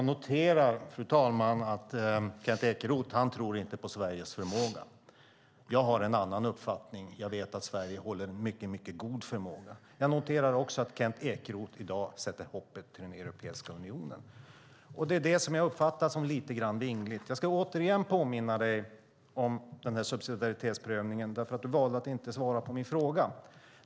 Fru talman! Jag noterar att Kent Ekeroth inte tror på Sveriges förmåga. Jag har en annan uppfattning. Jag vet att Sverige har en mycket god förmåga. Jag noterar också att Kent Ekeroth i dag sätter hoppet till Europeiska unionen. Det är det som jag uppfattar som lite vingligt. Jag ska återigen påminna dig om den där subsidiaritetsprövningen, för du valde att inte svara på min fråga.